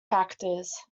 factors